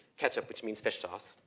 ketchup, which means fish sauce,